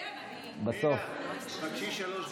פנינה, תבקשי שלוש דקות.